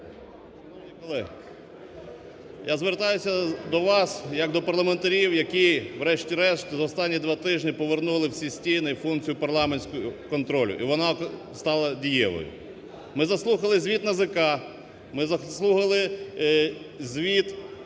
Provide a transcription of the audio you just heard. я звертаюся до вас як до парламентарів, які врешті-решт за останні два тижні повернули в ці стіни функцію парламентського контролю і вона стала дієвою, ми заслухали звіт НАЗК, ми заслухали звіт